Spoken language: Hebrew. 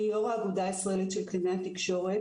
כיו"ר האגודה הישראלית של קלינאי התקשורת,